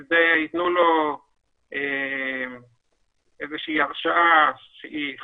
יזדהה, ייתנו לו איזושהי הרשאה שהיא